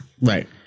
Right